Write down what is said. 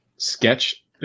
Sketch